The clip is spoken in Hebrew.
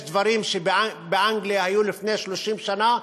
יש דברים שבאנגליה היו לפני 30 שנה,